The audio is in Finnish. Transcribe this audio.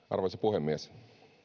arvoisa puhemies